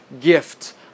gift